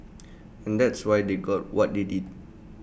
and that's why they got what they did